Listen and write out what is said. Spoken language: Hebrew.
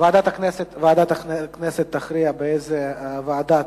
ועדת הכנסת תכריע באיזו ועדה